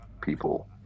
people